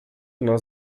nas